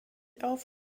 auf